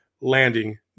landing